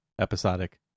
episodic